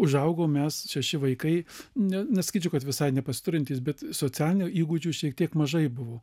užaugom mes šeši vaikai ne nesakyčiau kad visai nepasiturintys bet socialinių įgūdžių šiek tiek mažai buvo